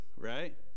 Right